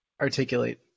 articulate